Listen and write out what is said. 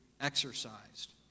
exercised